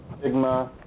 stigma